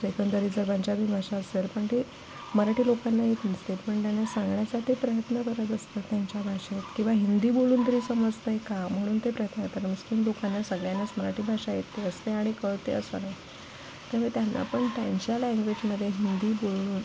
भाषा असेल पण ते मराठी लोकांना येत नसते पण त्यांना सांगण्याचा ते प्रयत्न करत असतात त्यांच्या भाषेत किंवा हिंदी बोलून तरी समजतं आहे का म्हणून ते प्रयत्न करतात मुस्लिम लोकांना सगळ्यांनाच मराठी भाषा येते असते आणि कळते असं नाही तर त्यांना पण त्यांच्या लँग्वेजमध्ये हिंदी बोलून